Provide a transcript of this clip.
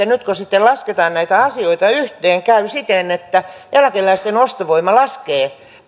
nyt kun sitten lasketaan näitä asioita yhteen käy siten että eläkeläisten ostovoima laskee